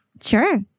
Sure